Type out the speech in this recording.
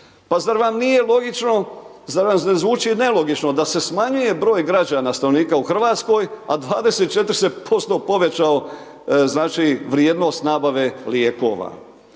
Pa zar vam nije logično, zar vam ne zvuči nelogično da se smanjuje građana stanovnika u Hrvatskoj, a 24 se posto povećao znači vrijednost nabave lijekova.